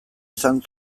izan